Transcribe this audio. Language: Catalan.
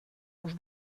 uns